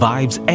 Vibes